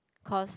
cause